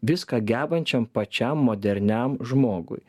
viską gebančiam pačiam moderniam žmogui